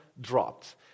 dropped